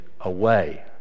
away